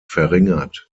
verringert